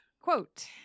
quote